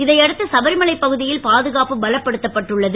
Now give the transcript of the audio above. இதையடுத்து சபரிமலை பகுதியில் பாதுகாப்பு பலப்படுத்தப்பட்டு உள்ளது